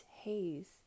haze